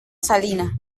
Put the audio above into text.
salina